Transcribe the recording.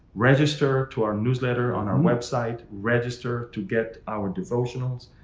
register to our newsletter on our website, register to get our devotionals,